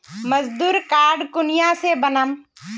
मजदूर कार्ड कुनियाँ से बनाम?